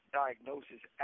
diagnosis